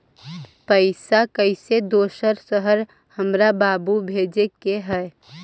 पैसा कैसै दोसर शहर हमरा बाबू भेजे के है?